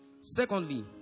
Secondly